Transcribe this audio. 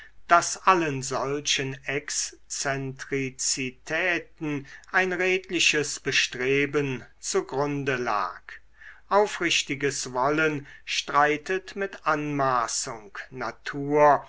daß allen solchen exzentrizitäten ein redliches bestreben zu grunde lag aufrichtiges wollen streitet mit anmaßung natur